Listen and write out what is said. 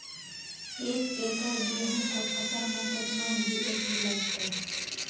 एक एकरऽ गेहूँ के फसल मे केतना डी.ए.पी लगतै?